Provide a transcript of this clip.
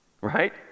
right